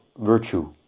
virtue